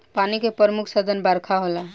पानी के प्रमुख साधन बरखा होला